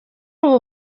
ubu